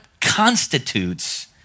constitutes